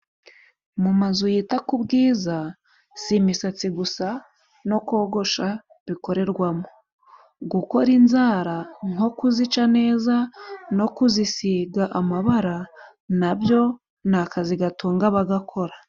Mu mazu yita ku bwiza si imisatsi gusa no kogosha bikorerwamo. Gukora inzara nko kuzica neza no kuzisiga amabara na byo ni akazi gatunga abagakora.